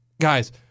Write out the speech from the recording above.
guys